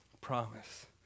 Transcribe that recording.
promise